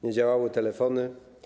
Nie działały telefony.